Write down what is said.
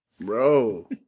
bro